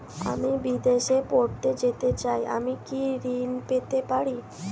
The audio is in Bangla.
আমি বিদেশে পড়তে যেতে চাই আমি কি ঋণ পেতে পারি?